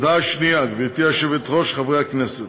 הודעה שנייה: גברתי היושבת-ראש, חברי הכנסת,